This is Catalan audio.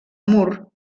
mur